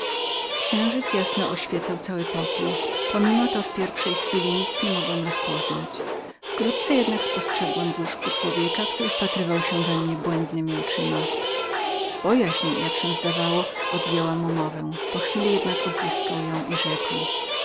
księżyc jasno oświecał cały pokój pomimo to w pierwszej chwili nic nie mogłem rozpoznać wkrótce jednak spostrzegłem w łóżku człowieka który wpatrywał się we mnie błędnemi oczyma bojaźń jak się zdawało odjęła mu mowę po chwili jednak odzyskał ją i rzekł